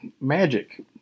magic